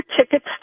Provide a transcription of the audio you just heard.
tickets